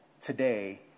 today